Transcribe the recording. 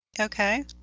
okay